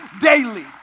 daily